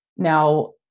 Now